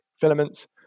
filaments